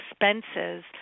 expenses